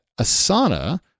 Asana